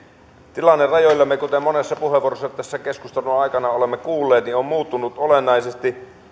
tilanne rajoillamme kuten monessa puheenvuorossa tässä keskustelun aikana olemme kuulleet on muuttunut olennaisesti